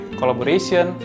collaboration